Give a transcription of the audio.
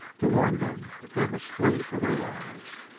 to warn them that they must flee for their lives,